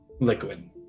liquid